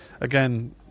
again